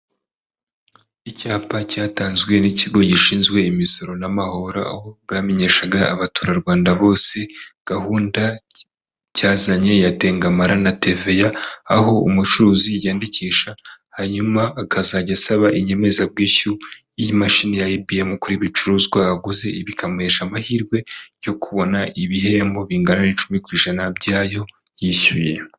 Icyapa cyatanzwe n'ikigo gishinzwe imisoro n'amahoro, aho bwamenyeshaga abaturarwanda bose gahunda cyazanye yatengamarara na teveya, aho umucuruzi yiyanyandikisha hanyuma akazajya asaba inyemezabwishyu y'imashini ya ibiyemu ku bicuruzwa yaguze bikamuhesha amahirwe yo kubona ibihembo bingana n'icumi ku ijana byayo yishyuye.